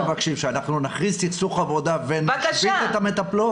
הם מבקשים שאנחנו נכריז סכסוך עבודה ונשבית את המטפלות.